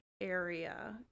area